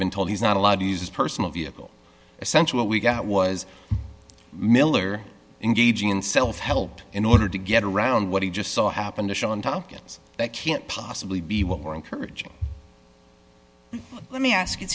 been told he's not allowed to use his personal vehicle essential what we got was miller engaging in self help in order to get around what he just saw happen to show and tell us that can't possibly be what we're encouraging let me ask it